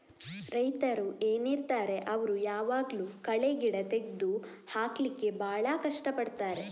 ರೈತರು ಏನಿರ್ತಾರೆ ಅವ್ರು ಯಾವಾಗ್ಲೂ ಕಳೆ ಗಿಡ ತೆಗ್ದು ಹಾಕ್ಲಿಕ್ಕೆ ಭಾಳ ಕಷ್ಟ ಪಡ್ತಾರೆ